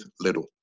little